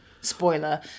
spoiler